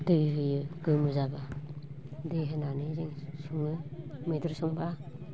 दै होयो गोमो जाब्ला दै होनानै जों सङो मैद्रु संब्ला